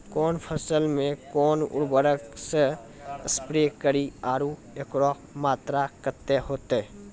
कौन फसल मे कोन उर्वरक से स्प्रे करिये आरु एकरो मात्रा कत्ते होते?